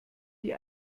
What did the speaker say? die